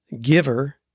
giver